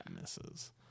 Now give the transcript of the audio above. Misses